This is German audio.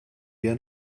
ihren